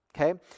okay